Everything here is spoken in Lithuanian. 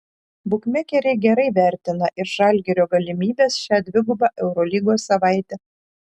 bukmekeriai gerai vertina ir žalgirio galimybes šią dvigubą eurolygos savaitę